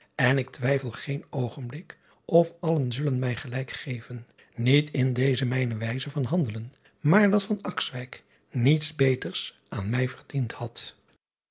en ik twijfel geen oogenblik of allen zullen mij gelijk geven niet in deze mijne wijze van handelen maar dat niets beters aan mij verdiend had